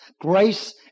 grace